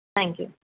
thank you